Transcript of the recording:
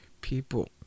people